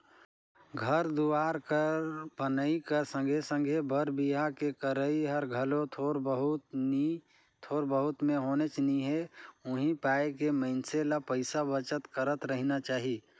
घर दुवार कर बनई कर संघे संघे बर बिहा के करई हर घलो थोर बहुत में होनेच नी हे उहीं पाय के मइनसे ल पइसा बचत करत रहिना चाही